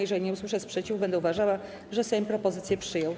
Jeżeli nie usłyszę sprzeciwu, będę uważała, że Sejm propozycję przyjął.